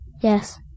Yes